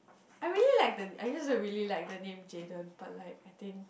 I really like the I just really like the name Jaden but like I think